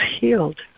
healed